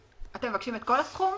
אתם מבקשים את כל הסכום?